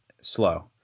slow